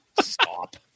Stop